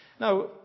Now